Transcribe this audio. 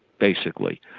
basically.